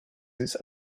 its